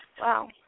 Wow